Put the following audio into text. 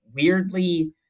weirdly